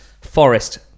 Forest